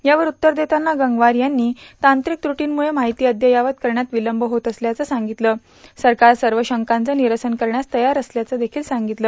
यावर उत्तर देताना गंगवार यांनी तांत्रिक त्रुटीमुळे माहिती अबयावत करण्यात विलंब होत असल्याचं सांगत सरकार सर्व शंकांचं निरसन करण्यास तयार असल्याचं सांगितलं